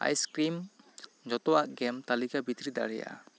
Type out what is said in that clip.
ice cream ᱡᱚᱛᱚᱣᱟᱜ ᱜᱮᱢ ᱛᱟᱹᱞᱤᱠᱟ ᱵᱷᱤᱛᱨᱤ ᱫᱟᱲᱮᱭᱟᱜᱼᱟ